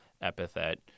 epithet